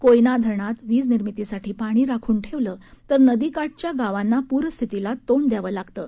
कोयना धरणात वीज निर्मिती साठी पाणी राखून ठेवलं तर नदीकाठच्या गावांना पूरस्थितीला तोंड द्यावं लागतं